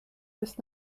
bis